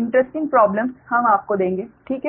दिलचस्प समस्याएं हम आपको देंगे ठीक है